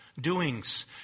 doings